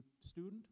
student